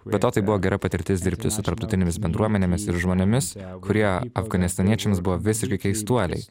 be to tai buvo gera patirtis dirbti su tarptautinėmis bendruomenėmis ir žmonėmis kurie afganistaniečiams buvo visiški keistuoliai